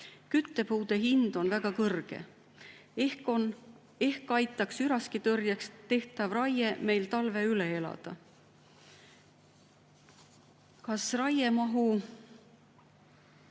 Küttepuude hind on väga kõrge. Ehk aitaks üraskitõrjeks tehtav raie meil talve üle elada? Kas raiemahtu